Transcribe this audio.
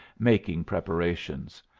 making preparations.